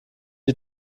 die